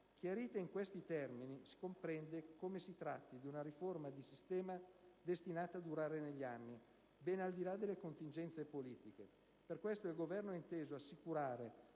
Chiarita in questi termini, si comprende come si tratti di una riforma di sistema destinata a durare negli anni, ben al di là delle contingenze politiche. Per questo il Governo ha inteso assicurare